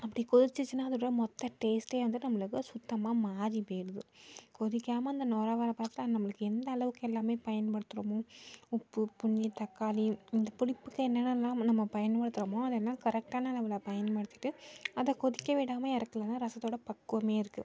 அப்படி கொதிச்சிச்சினால் அதோடய மொத்த டேஸ்ட்டே வந்துட்டு நம்மளுக்கு சுத்தமாக மாறி போய்டுது கொதிக்காம அந்த நொற வர பாத்தா நம்மளுக்கு எந்த அளவுக்கு எல்லாமே பயன்படுத்துகிறமோ உப்பு புளி தக்காளி இந்த புளிப்புக்கு என்னென்ன எல்லாம் நம்ம பயன்படுத்துகிறமோ அது எல்லாம் கரெக்டான அளவில் பயன்படுத்திகிட்டு அதை கொதிக்க விடாமல் இறக்குலனா ரசத்தோட பக்குவமே இருக்குது